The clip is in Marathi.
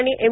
आणि एम